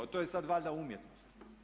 To je sad valjda umjetnost.